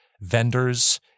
vendors